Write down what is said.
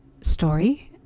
story